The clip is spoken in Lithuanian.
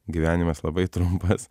gyvenimas labai trumpas